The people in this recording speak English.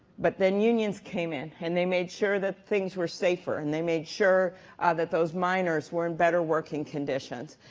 but then unions came in. and they made sure that things were safer. and they made sure that those miners were in better working conditions.